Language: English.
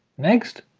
next,